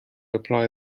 apply